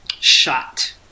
Shot